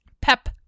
pep